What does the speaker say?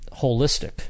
holistic